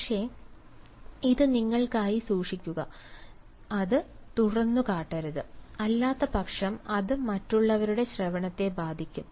പക്ഷേ ഇത് നിങ്ങൾക്കായി സൂക്ഷിക്കുക അത് തുറന്നുകാട്ടരുത് അല്ലാത്തപക്ഷം അത് മറ്റുള്ളവരുടെ ശ്രവണത്തെ ബാധിക്കും